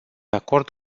acord